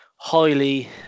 highly